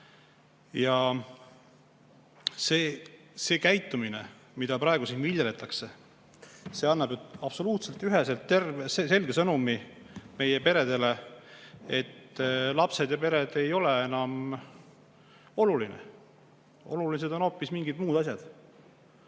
see käitumine, mida praegu viljeletakse, annab absoluutselt üheselt selge sõnumi meie peredele, et lapsed ja pered ei ole enam olulised. Olulised on hoopis mingid muud asjad.